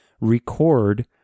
record